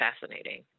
fascinating